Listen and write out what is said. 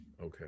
Okay